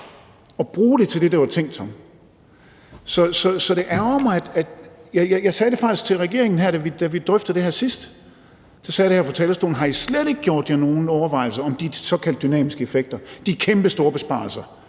og bruge det til det, det var tænkt til. Jeg sagde det faktisk til regeringen, da vi drøftede det her sidst. Jeg spurgte her fra talerstolen, om man i regeringen slet ikke havde gjort sig nogen overvejelser om de såkaldte dynamiske effekter, de kæmpestore besparelser,